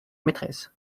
maîtresse